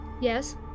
Yes